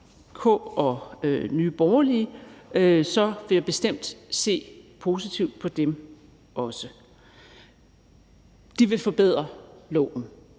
og Nye Borgerlige vil jeg bestemt se positivt på dem også. De vil forbedre